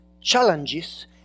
challenges